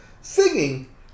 singing